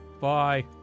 Bye